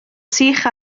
sych